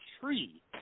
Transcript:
tree